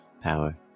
power